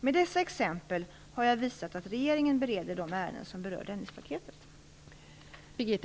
Med dessa exempel har jag visat att regeringen bereder de ärenden som berör Dennispaketet.